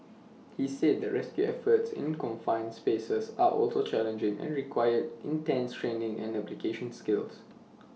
he said that rescue efforts in confined spaces are also challenging and requires intense training and application skills